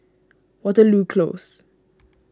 Waterloo Close